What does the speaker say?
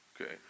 Okay